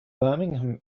birmingham